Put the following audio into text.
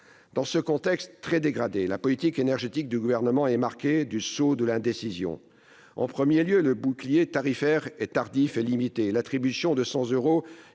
Dans ce contexte très dégradé, la politique énergétique du Gouvernement est marquée du sceau de l'indécision. En premier lieu, le « bouclier tarifaire » est tardif et limité. L'attribution de 100 euros